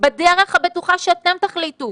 בדרך הבטוחה שאתם תחליטו,